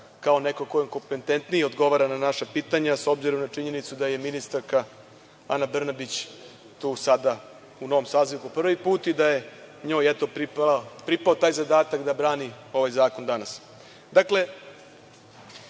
kao neko kompetentniji, odgovara na naša pitanja, s obzirom na činjenicu da je ministarka Ana Brnabić tu sada u novom sazivu po prvi put i da je njoj, eto, pripao taj zadatak da brani ovaj zakon danas. Dakle,